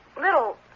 little